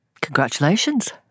Congratulations